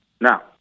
Now